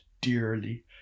dearly